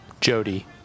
Jody